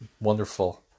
wonderful